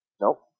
Nope